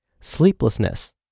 sleeplessness